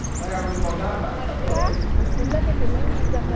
and i got really bummed out about it cause i thought this was gonna be the genius idea.